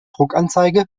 druckanzeige